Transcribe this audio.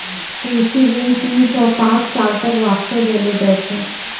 कृषि ऋण तीन सॅ पांच साल तक वास्तॅ देलो जाय छै